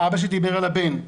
האבא שדיבר על הבן,